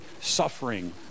suffering